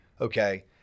Okay